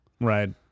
Right